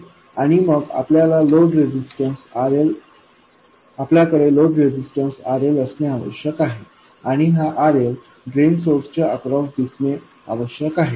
आणि मग आपल्याकडे लोड रेजिस्टन्स RL असणे आवश्यक आहे आणि हा RL ड्रेन सोर्स च्या अक्रॉस दिसणे आवश्यक आहे